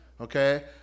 okay